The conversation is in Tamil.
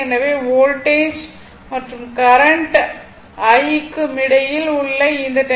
எனவே வோல்டேஜ் மற்றும் கரண்ட் I க்கும் இடையில் உள்ள இந்த ∠10